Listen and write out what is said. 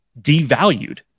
devalued